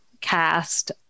cast